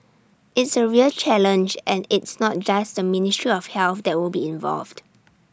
it's A real challenge and it's not just the ministry of health that will be involved